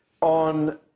on